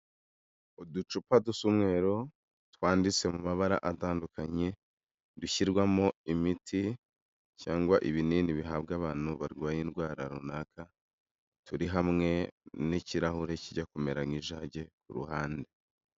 Uducupa dusa umweru twanditse mu mabara atandukanye, dushyirwamo imiti cyangwa ibinini bihabwa abantu barwaye indwara runaka, turi hamwe n'ikirahure kijya kumera nk'ijage ku ruhande.